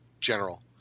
general